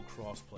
crossplay